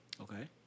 Okay